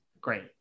great